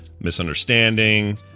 misunderstanding